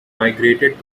migrated